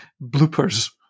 bloopers